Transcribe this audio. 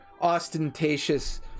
ostentatious